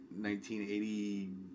1980